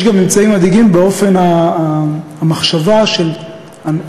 יש גם ממצאים מדאיגים על אופן המחשבה של האזרחים